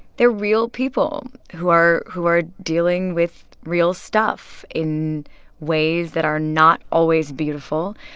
they're real people who are who are dealing with real stuff in ways that are not always beautiful.